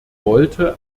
wollte